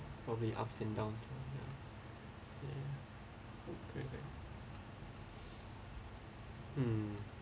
probably ups and downs lah correct correct mm